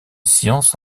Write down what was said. science